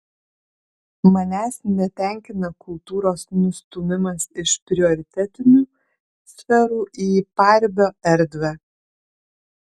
manęs netenkina kultūros nustūmimas iš prioritetinių sferų į paribio erdvę